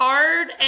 Hard